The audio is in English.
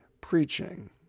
preaching